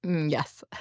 yes.